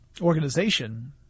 organization